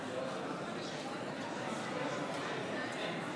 שגם ההצעה של המחנה הממלכתי לא התקבלה.